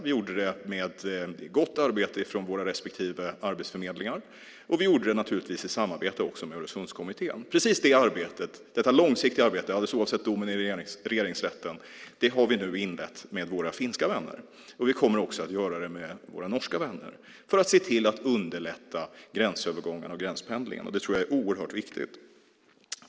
Vi gjorde det med gott arbete från våra respektive arbetsförmedlingar, och vi gjorde det naturligtvis i samarbete med Öresundskommittén. Precis det arbetet, detta långsiktiga arbete alldeles oavsett domen i Regeringsrätten, har vi nu inlett med våra finska vänner. Vi kommer också att göra det med våra norska vänner för att se till att underlätta gränsövergångarna och gränspendlingen. Det tror jag är oerhört viktigt.